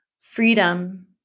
freedom